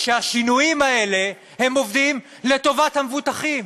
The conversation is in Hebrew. שהשינויים האלה עובדים לטובת המבוטחים,